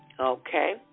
Okay